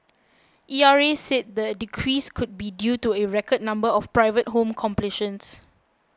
E R A said the decrease could be due to a record number of private home completions